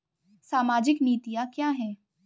सामाजिक नीतियाँ क्या हैं?